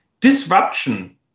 Disruption